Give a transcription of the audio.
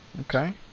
Okay